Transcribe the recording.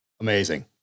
amazing